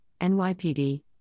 NYPD